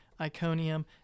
Iconium